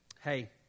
hey